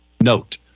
note